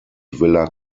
villa